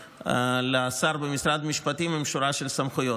לשר במשרד המשפטים עם שורה של סמכויות,